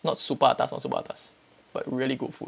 not super atas not super atas but really good food